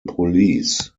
police